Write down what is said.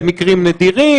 אלו מקרים נדירים?